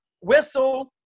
whistle